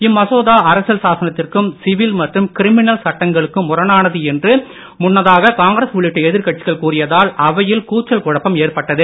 இம்மசோதா அரசியல் சாசனத்திற்கும் சிவில் மற்றும் கிரிமினல் சட்டங்களுக்கும் முரணானது என்று முன்னதாக காங்கிரஸ் உள்ளிட்ட எதிர்கட்சிகள் கூறியதால் அவையில் கூச்சல் குழப்பம் ஏற்பட்டது